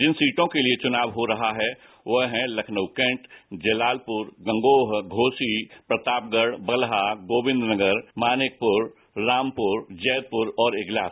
जिन सीटों के लिए चुनाव हो रहा है वह है लखनऊ केंट जलालपुर गंगोह घोसी प्रतापगढ़ बल्हा गोविंद नगर मानिकपुर रामपुर जैदपुर और ईग्लास